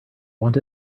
want